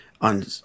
on